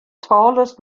tallest